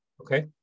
Okay